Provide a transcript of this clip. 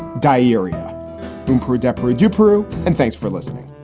diarrhea from peru desperate to peru. and thanks for listening